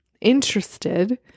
interested